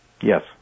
Yes